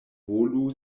volu